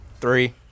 three